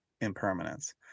impermanence